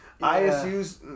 ISU's